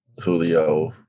Julio